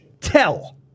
Tell